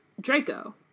Draco